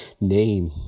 name